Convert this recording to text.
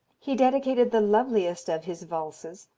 he dedicated the loveliest of his valses,